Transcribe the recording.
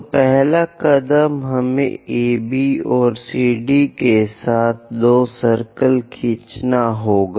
तो पहला कदम हमें AB और CD के साथ दो सर्कल खींचना होगा